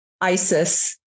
Isis